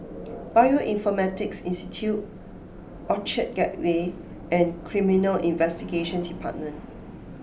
Bioinformatics Institute Orchard Gateway and Criminal Investigation Department